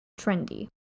trendy